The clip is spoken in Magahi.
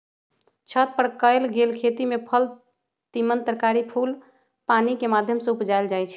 छत पर कएल गेल खेती में फल तिमण तरकारी फूल पानिकेँ माध्यम से उपजायल जाइ छइ